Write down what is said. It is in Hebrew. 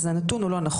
אז הנתון הוא לא נכון,